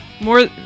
More